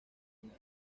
final